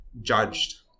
judged